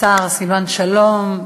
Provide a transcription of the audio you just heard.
השר סילבן שלום,